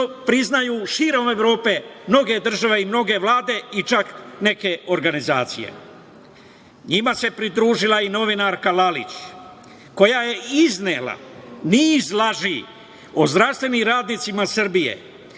priznaju širom Evrope mnoge države i mnoge vlade, čak i neke organizacije. Njima se pridružila i novinarka Lalić, koja je iznela niz laži o zdravstvenim radnicima Srbije.